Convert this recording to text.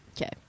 Okay